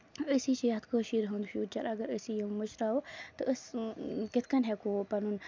أسی چھ یَتھ کٲشیٖر ہُند فیوٗچر اَگر أسی یہِ مٔشراوو تہٕ أسۍ کِتھ کَن ہٮ۪کو پَنُن